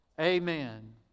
amen